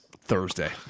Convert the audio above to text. Thursday